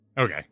okay